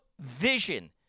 vision